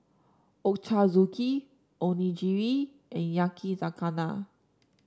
Ochazuke Onigiri and Yakizakana